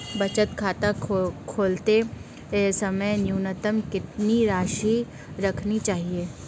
बचत खाता खोलते समय न्यूनतम कितनी राशि रखनी चाहिए?